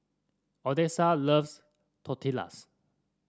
Odessa loves Tortillas